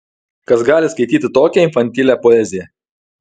kas gali skaityti tokią infantilią poeziją